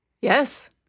Yes